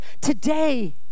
today